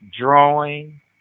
drawing